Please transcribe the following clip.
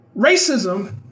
racism